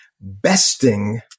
besting